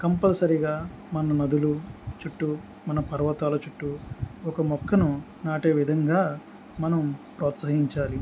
కంపల్సరిగా మన నదులు చుట్టూ మన పర్వతాల చుట్టూ ఒక మొక్కను నాటే విధంగా మనం ప్రోత్సహించాలి